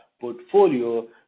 portfolio